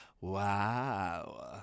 Wow